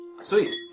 Sweet